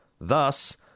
Thus